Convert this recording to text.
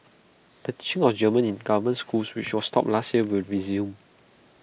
the teaching of German in government schools which was stopped last year will resume